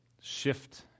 shift